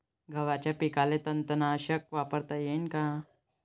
गव्हाच्या पिकाले तननाशक वापरता येईन का?